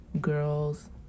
girls